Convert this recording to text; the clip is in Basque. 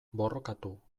borrokatu